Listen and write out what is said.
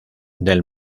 del